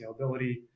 scalability